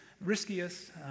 riskiest